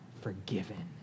forgiven